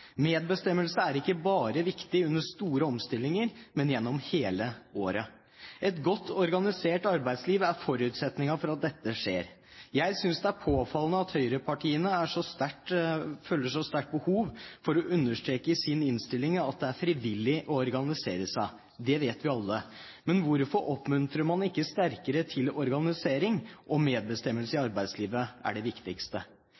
Medbestemmelse er ikke bare viktig under store omstillinger, men gjennom hele året. Et godt organisert arbeidsliv er forutsetningen for at dette skjer. Jeg synes det er påfallende at høyrepartiene så sterkt føler behov for å understreke i sin innstilling at det er frivillig å organisere seg. Det vet vi alle. Men hvorfor oppmuntrer man ikke sterkere til organisering, om medbestemmelse i